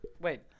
Wait